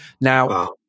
Now